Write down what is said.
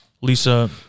Lisa